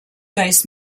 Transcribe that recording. based